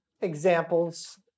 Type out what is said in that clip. examples